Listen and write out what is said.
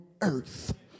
earth